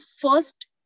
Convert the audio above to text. first